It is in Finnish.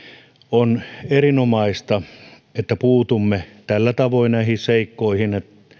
on erinomaista että puutumme tällä tavoin näihin seikkoihin